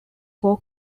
four